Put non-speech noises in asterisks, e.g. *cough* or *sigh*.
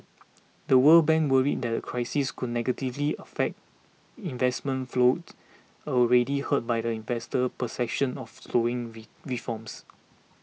The World Bank worries that the crisis could negatively affect investment flowed already hurt by the investor perceptions of slowing *unintelligible* reforms